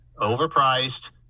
overpriced